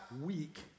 week